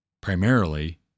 primarily